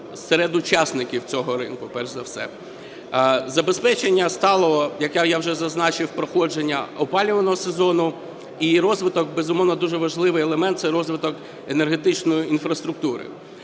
серед учасників цього ринку перш за все. Забезпечення сталого, як я вже зазначив, проходження опалювального сезону і розвиток, безумовно, дуже важливий елемент, це розвиток енергетичної інфраструктури.